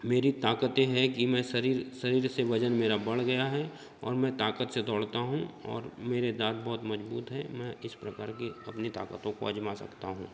मेरी ताकतें हैं कि मैं शरीर शरीर से वजन मेरा बढ़ गया है और मैं ताकत से दौड़ता हूँ और मेरे दाँत बहुत मजबूत हैं मैं इस प्रकार कि अपनी ताकतों को आजमा सकता हूँ